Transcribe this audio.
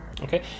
okay